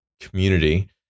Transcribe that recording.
community